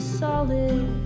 solid